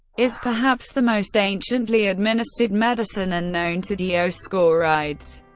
is perhaps the most anciently administered medicine and known to dioscorides.